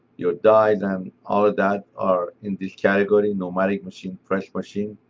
your dies and all of that are in this category. pneumatic machine, press machine.